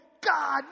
God